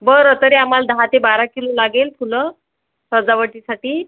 बरं तरी आम्हाला दहा ते बारा किलो लागेल फुलं सजावटीसाठी